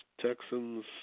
Texans